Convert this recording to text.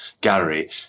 gallery